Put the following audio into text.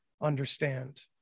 understand